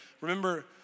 remember